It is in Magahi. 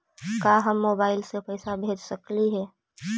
का हम मोबाईल से पैसा भेज सकली हे?